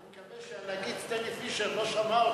אני מקווה שהנגיד סטנלי פישר שלא שמע אותך,